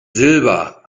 silber